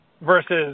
versus